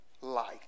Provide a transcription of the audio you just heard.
life